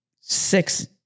six